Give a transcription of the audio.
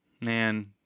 man